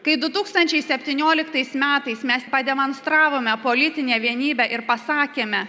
kai du tūkstančiai septynioliktais metais mes pademonstravome politinę vienybę ir pasakėme